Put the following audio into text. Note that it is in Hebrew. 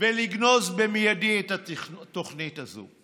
ולגנוז מייד את התוכנית הזאת.